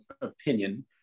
opinion